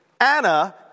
Anna